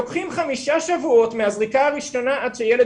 לוקחים חמישה שבועות מהזריקה הראשונה עד שהילד